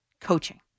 coaching